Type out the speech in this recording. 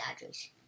Dodgers